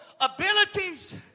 abilities